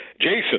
Jason